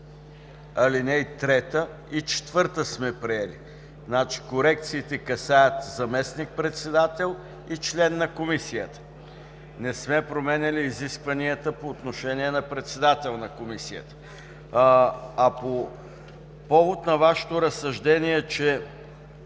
проверим, това е чл. 8, ал. 3 и 4. Корекциите касаят заместник-председател и член на Комисията. Не сме променяли изискванията по отношение на председател на Комисията. По повод на Вашето разсъждение, че